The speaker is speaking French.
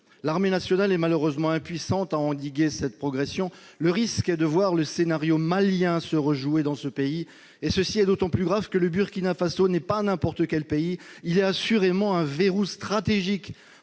L'armée nationale est malheureusement impuissante à endiguer cette progression. Le risque est de voir le scénario malien se rejouer dans ce pays. Cela est d'autant plus grave que le Burkina Faso n'est pas n'importe quel pays : il est assurément un verrou stratégique